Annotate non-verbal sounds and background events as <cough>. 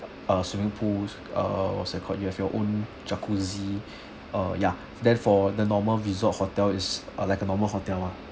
uh swimming pool uh what's that called you have your own jacuzzi <breath> uh ya then for the normal resort hotel is uh like a normal hotel ah